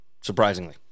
surprisingly